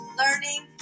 learning